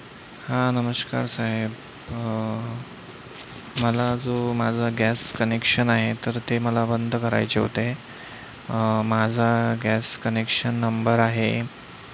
हा नमस्कार साहेब मला जो माझा गॅस कनेक्शन आहे तर ते मला बंद करायचे होते माझा गॅस कनेक्शन नंबर आहे